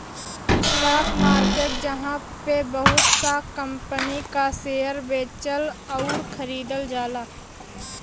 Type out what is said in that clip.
stock market जहाँ पे बहुत सा कंपनी क शेयर बेचल आउर खरीदल जाला